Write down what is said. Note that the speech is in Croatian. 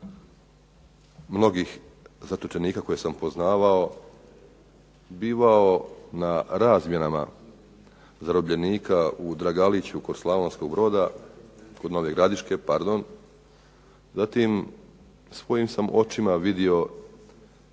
mnogih zatočenika koje sam poznavao, bivao na razmjenama zarobljenika u Dragaliću kod Slavonskog Broda, kod Nove Gradiške, pardon. Zatim, svojim sam očima vidio